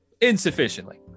Insufficiently